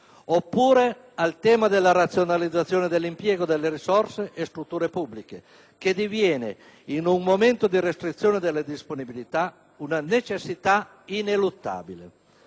oppure al tema della razionalizzazione dell'impiego delle risorse e strutture pubbliche che diviene, in un momento di restrizione delle disponibilità, una necessità ineluttabile.